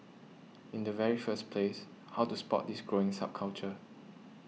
in the very first place how to spot this growing subculture